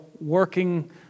working